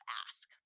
ask